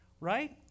right